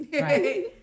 right